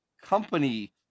company